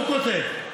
הוא כותב.